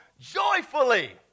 joyfully